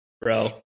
bro